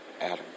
Adam